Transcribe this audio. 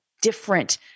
different